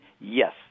yes